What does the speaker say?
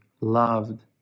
loved